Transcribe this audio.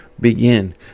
begin